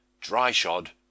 dry-shod